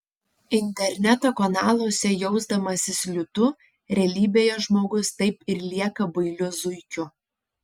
interneto kanaluose jausdamasis liūtu realybėje žmogus taip ir lieka bailiu zuikiu